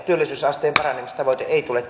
työllisyysasteen paranemistavoite ei tule